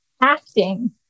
acting